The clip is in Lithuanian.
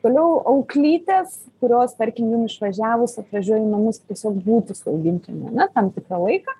toliau auklytės kurios tarkim jum išvažiavus atvažiuoja į namus tiesiog būti su augintiniu ar ne tam tikrą laiką